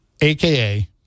AKA